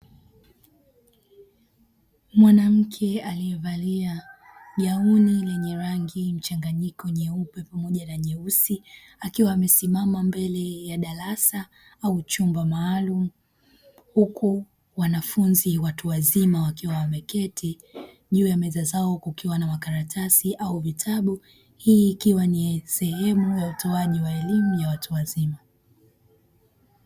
Mwanamke alievalia gauni lenye rangi mchanganyiko nyeupe pamoja na nyeusi akiwa amesimama mbele ya darasa au chumba maalumu, huku wanafunzi watu wazima wakiwa wameketi juu ya meza zao kukiwa na makaratasi au vitabu, hii ikiwa ni sehemu ya utoaji wa elimu ya watu wazima.